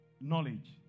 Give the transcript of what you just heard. knowledge